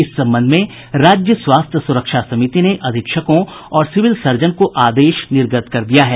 इस संबंध में राज्य स्वास्थ्य सुरक्षा समिति ने अधीक्षकों और सिविल सर्जन को आदेश निर्गत कर दिया है